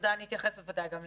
אני אתייחס בוודאי גם לזה.